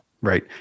Right